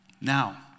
Now